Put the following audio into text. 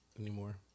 anymore